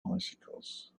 bicycles